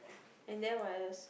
and then what else